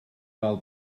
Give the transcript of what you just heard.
fel